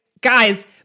guys